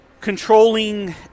controlling